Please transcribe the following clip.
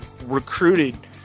recruited